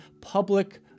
public